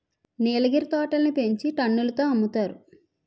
నీలగిరి తోటలని పెంచి టన్నుల తో అమ్ముతారు